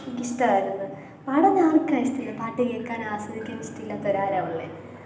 എനിക്കിഷ്ടമായിരുന്നു പാടാൻ ആർക്കാണ് ഇഷ്ടമില്ലാ പാട്ടു കേൾക്കാൻ ആസ്വദിക്കാൻ ഇഷ്ടമില്ലാത്തവരാരാണ് ഉള്ളത്